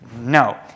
no